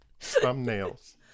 Thumbnails